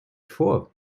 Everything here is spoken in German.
vor